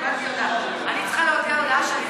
קיבלתי הודעה: אני צריכה להודיע הודעה שאני